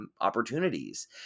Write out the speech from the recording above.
Opportunities